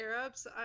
Arabs